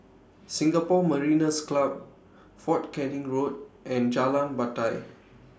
Singapore Mariners' Club Fort Canning Road and Jalan Batai